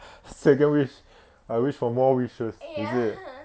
second wish I wish for more wishes is it